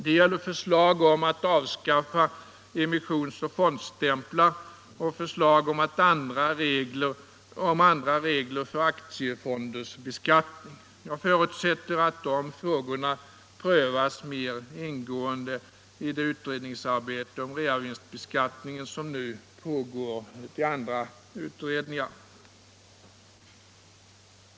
Det gäller förslag om att avskaffa emissionsoch fondstämplar och förslag om andra regler för aktiefonders beskattning. Jag förutsätter att dessa frågor prövas mer ingående i det utredningsarbete om reavinstbeskattningen som nu pågår i andra utredningar.